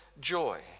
joy